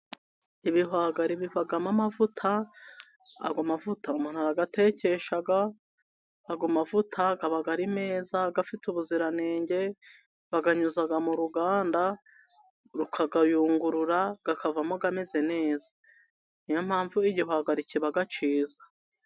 Ibihwagari bivamo amavuta ayo mavuta umuntu arayatekesha, ayo mavuta aba ari meza afite ubuziranenge. Bayanyuza mu ruganda rukayayungurura akavamo ameze neza, niyo mpamvu igihwagari kiba kiza.